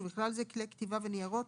ובכלל זה כלי כתיבה וניירות